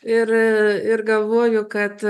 ir ir galvoju kad